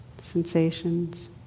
sensations